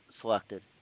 selected